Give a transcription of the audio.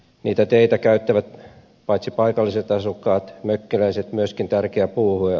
niitä teitä käyttävät paitsi paikalliset asukkaat ja mökkiläiset myöskin tärkeä puuhuolto